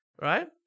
right